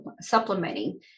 supplementing